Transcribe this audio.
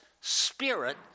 spirit